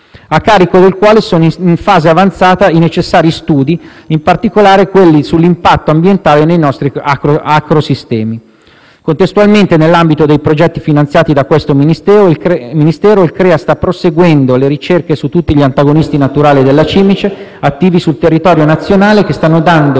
a carico della quale sono in fase avanzata i necessari studi, in particolare sull'impatto ambientale nei nostri agrosistemi. Contestualmente, nell'ambito dei progetti finanziati da questo Ministero, il CREA sta proseguendo le ricerche su tutti gli antagonisti naturali della cimice attivi sul territorio nazionale, che stanno iniziando